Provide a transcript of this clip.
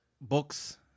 books